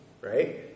right